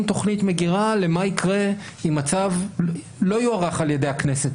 תכנית מגירה למה יקרה אם הצו לא יוארך על ידי הכנסת,